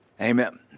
Amen